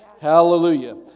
Hallelujah